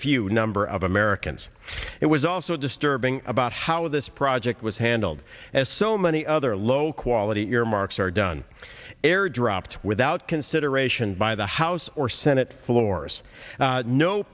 few number of americans it was also disturbing about how this project was handled as so many other low quality earmarks are done airdropped without consideration by the house or senate floors